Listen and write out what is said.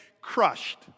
crushed